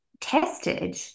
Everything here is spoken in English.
tested